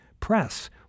press